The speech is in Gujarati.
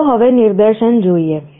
ચાલો હવે નિદર્શન જોઈએ